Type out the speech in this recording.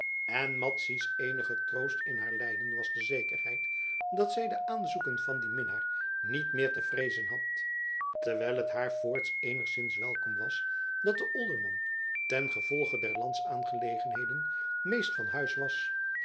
en madzy's eenige troost in al haar lijden was de zekerheid dat zij de aanzoeken van dien minnaar niet meer te vreezen had terwijl het haar voorts eenigszins welkom was dat de olderman ten gevolge der landsaangelegenheden meest van huis was